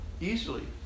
easily